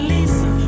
Lisa